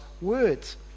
words